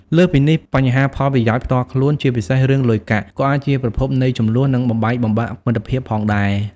លើសពីនេះ បញ្ហាផលប្រយោជន៍ផ្ទាល់ខ្លួន ជាពិសេសរឿងលុយកាក់ ក៏អាចជាប្រភពនៃជម្លោះ និងបំបែកបំបាក់មិត្តភាពផងដែរ ។